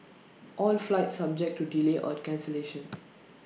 all flights subject to delay or cancellation